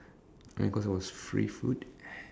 I mean cause it was free food